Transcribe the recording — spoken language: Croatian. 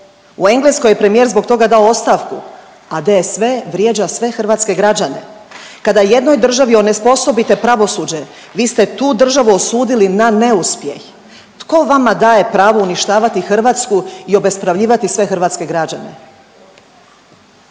U Engleskoj je premijer zbog toga dao ostavku, a DSV vrijeđa sve hrvatske građane. Kada jednoj državi onesposobite pravosuđe vi ste tu državu osudili na neuspjeh. Tko vama daje pravo uništavati Hrvatsku i obespravljivati sve hrvatske građane?